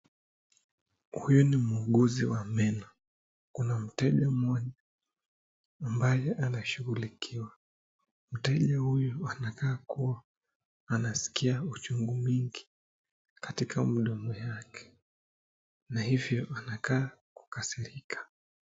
Huyu ni muuguzi wa meno. Kuna mteja mmoja ambaye anashughulikiwa, mteja huyu anakaa kuwa anaskia uchungu mingi, katika mdomo yake. Na hivyo anakaa kukasirika.